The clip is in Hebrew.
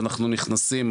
אנחנו נכנסים,